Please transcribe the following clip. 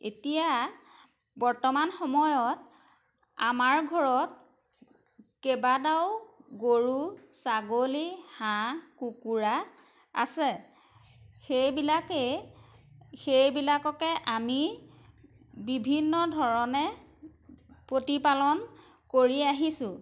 এতিয়া বৰ্তমান সময়ত আমাৰ ঘৰত কেইবাটাও গৰু ছাগলী হাঁহ কুকুৰা আছে সেইবিলাকেই সেইবিলাককে আমি বিভিন্ন ধৰণে প্ৰতিপালন কৰি আহিছোঁ